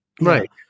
right